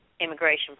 immigration